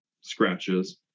scratches